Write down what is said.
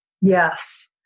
Yes